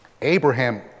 Abraham